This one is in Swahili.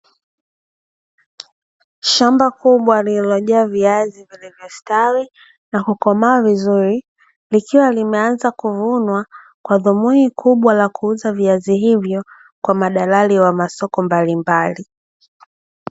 Shamba kubwa lililojaa viazi vilivyostawi na kukomaa vizuri, likiwa linaanza kuvunwa. Kwa dhumuni kubwa la kuuza viazi hivyo kwa madalali wa soko mbalimbali.